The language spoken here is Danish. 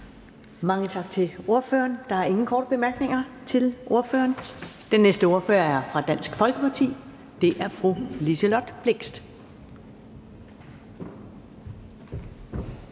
Mange tak til ordføreren. Der er ingen korte bemærkninger til ordføreren. Den næste ordfører er fra Dansk Folkeparti. Det er fru Liselott Blixt.